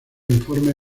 informes